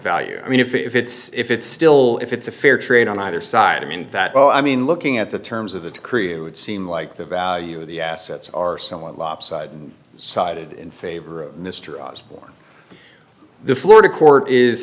value i mean if it's if it's still if it's a fair trade on either side i mean that well i mean looking at the terms of the creator would seem like the value of the assets are somewhat lopsided sided in favor of mr osborne the florida court is